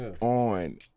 on